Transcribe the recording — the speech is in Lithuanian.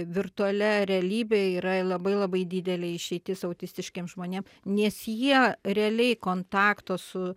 virtualia realybė yra labai labai didelė išeitis autistiškiem žmonėm nes jie realiai kontakto su